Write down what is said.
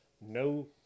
no